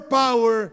power